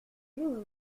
une